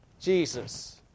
Jesus